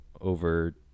over